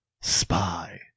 spy